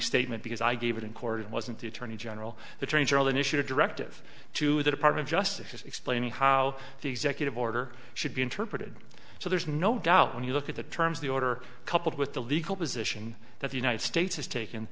statement because i gave it in court it wasn't the attorney general the trains are all in issued a directive to the department justices explaining how the executive order should be interpreted so there's no doubt when you look at the terms of the order coupled with the legal position that the united states has taken